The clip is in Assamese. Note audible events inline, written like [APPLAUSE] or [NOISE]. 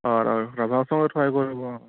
অঁ [UNINTELLIGIBLE] ৰাভা [UNINTELLIGIBLE] [UNINTELLIGIBLE] কৰিব